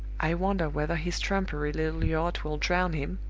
i wonder whether his trumpery little yacht will drown him?